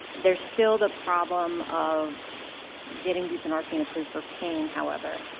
there's still the problem of getting buprenorphine approved for pain, however.